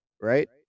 right